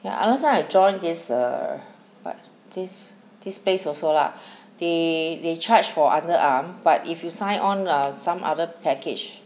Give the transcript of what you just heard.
ya last time I join this err but this this place also lah they they charge for underarm but if you sign on err some other package